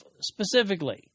specifically